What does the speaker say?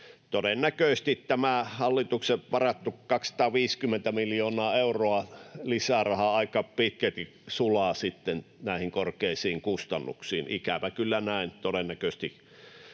todennäköisesti tämä hallituksen varaama 250 miljoonaa euroa lisää rahaa aika pitkälti sulaa näihin korkeisiin kustannuksiin. Ikävä kyllä näin